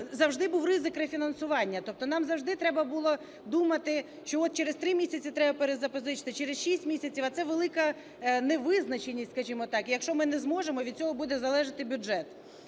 завжди був ризик рефінансування, тобто нам завжди треба було думати, що от через три місяці треба перезапозичити, через шість місяців, а це велика невизначеність, скажемо так, якщо ми не зможемо, від цього буде залежати бюджет.